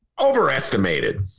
overestimated